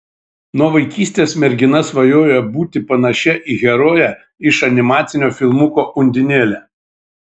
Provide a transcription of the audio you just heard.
nuo vaikystės mergina svajojo būti panašia į heroję iš animacinio filmuko undinėlė